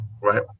Right